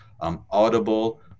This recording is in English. Audible